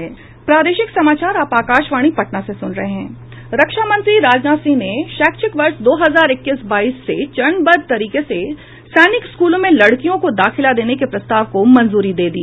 रक्षामंत्री राजनाथ सिंह ने शैक्षिक वर्ष दो हजार इक्कीस बाईस से चरणबद्ध तरीके से सैनिक स्कूलों में लड़कियों को दाखिला देने के प्रस्ताव को मंजूरी दे दी